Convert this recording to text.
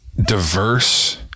diverse